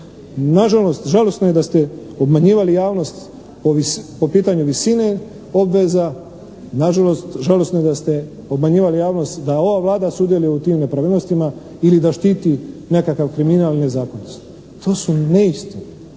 Nažalost žalosno je da ste obmanjivali javnost da ova Vlada sudjeluje u tim nepravilnostima ili da štiti nekakav kriminal i nezakonitosti. To su neistine,